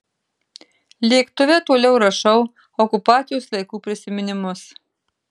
lėktuve toliau rašau okupacijos laikų prisiminimus